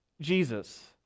Jesus